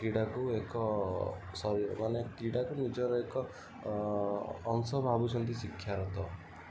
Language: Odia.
କ୍ରୀଡ଼ାକୁ ଏକ ଶରୀର ମାନେ କ୍ରୀଡ଼ାକୁ ନିଜର ଏକ ଅଂଶ ଭାବୁଛନ୍ତି ଶିକ୍ଷାର ତ